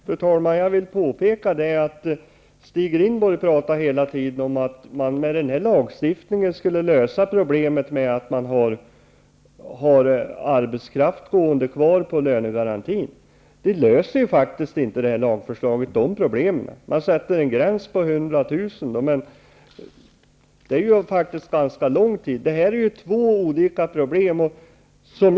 Fru talman! Jag vill påpeka att Stig Rindborg hela tiden talar om att man med den här lagstiftningen löser problemet med arbetskraft som går kvar med hjälp av lönegaranti. Detta problem löses inte med framlagt lagförslag. En gräns på 100 000 kr. sätts i och för sig, men det handlar ju om en ganska lång tid och om två olika problem egentligen.